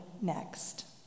next